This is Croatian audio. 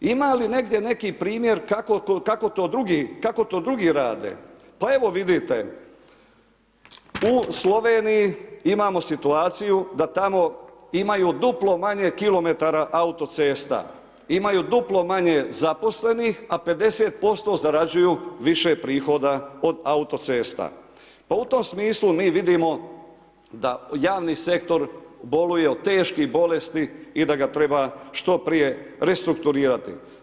Ima li negdje neki primjer kako to drugi rade, pa evo vidite u Sloveniji imamo situaciju da tamo imaju duplo manje kilometara autocesta, imaju duplo manje zaposlenih a 50% zarađuju više prihoda od autocesta, pa u tom smislu mi vidimo da javni sektor boluje od teških bolesti i da ga treba što prije restrukturirati.